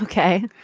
ok,